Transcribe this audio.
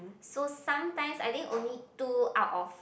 so sometimes I think only two out of